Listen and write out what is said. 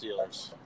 Steelers